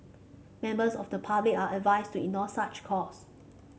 members of the public are advised to ignore such calls